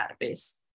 database